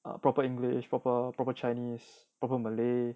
a proper english proper proper chinese proper malay